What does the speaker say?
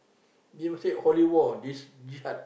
they'll say holy wall this gift art